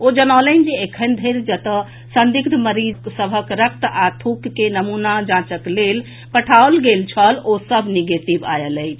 ओ जनौलनि जे एखन धरि जतए संदिग्ध मरीज सभक रक्त आ थूक के नमूना जांचक लेल पठाओल गेल छल ओ सभ निगेटिव आयल अछि